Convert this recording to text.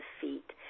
feet